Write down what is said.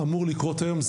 אמור לקרות היום,